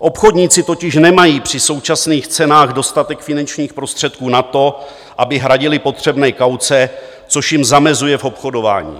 Obchodníci totiž nemají při současných cenách dostatek finančních prostředků na to, aby hradili potřebné kauce, což jim zamezuje obchodování.